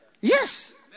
yes